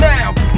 Now